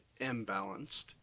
imbalanced